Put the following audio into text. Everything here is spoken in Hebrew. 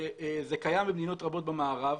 זה קיים במדינות רבות במערב,